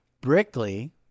Brickley